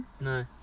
No